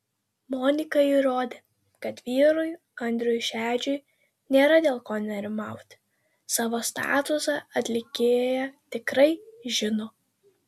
monika įrodė kad vyrui andriui šedžiui nėra dėl ko nerimauti savo statusą atlikėja tikrai žino